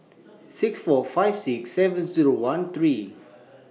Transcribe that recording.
six four five six seven Zero one three